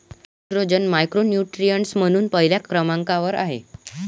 nitrogen macronutrient म्हणून पहिल्या क्रमांकावर आहे